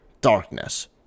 Darkness